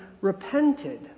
repented